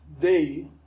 day